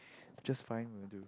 just fine will do